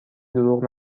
دروغ